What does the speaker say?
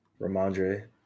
Ramondre